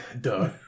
Duh